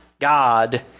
God